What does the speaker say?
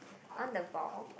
on the ball